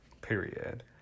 Period